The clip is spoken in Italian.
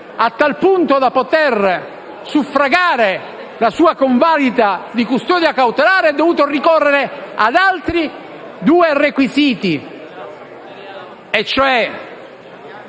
a tal punto da poter suffragare la sua convalida di custodia cautelare, è dovuto ricorrere ad altri due requisiti, cioè